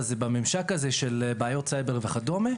בממשק של בעיות סייבר וכדומה.